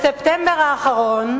בספטמבר האחרון